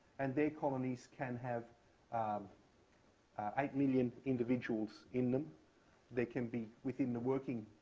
and their colonies can have um eight million individuals in them. there can be, within the working